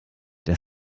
der